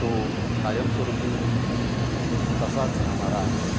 तो कायमस्वरूपी तसाच राहणारा आहे